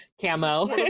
camo